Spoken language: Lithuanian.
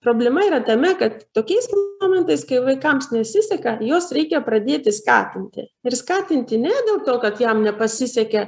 problema yra tame kad tokiais momentais kai vaikams nesiseka juos reikia pradėti skatinti ir skatinti ne dėl to kad jam nepasisekė